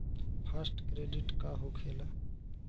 Fast credit का होखेला?